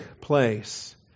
place